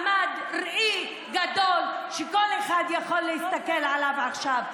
אני מאוד שמחה שפה עמד ראי גדול שכל אחד יכול להסתכל עליו עכשיו.